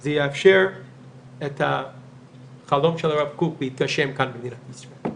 זה יאפשר את החלום של הרב קוק להתגשם כאן במדינת ישראל.